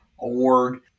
award